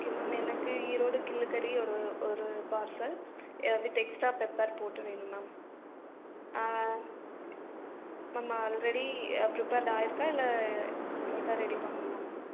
okay ma'am எனக்கு ஈரோடு கிள்ளுக்கறி ஒரு ஒரு பார்சல் வித் எக்ஸ்ட்ரா பெப்பர் போட்டு வேணும் மேம் மேம் ஆல்ரெடி பிர்ப்பர்டு ஆகியிருக்கா இல்லை இனிதான் ரெடி பண்ணும்மா மேம்